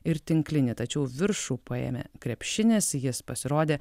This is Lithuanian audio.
ir tinklinį tačiau viršų paėmė krepšinis jis pasirodė